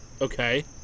Okay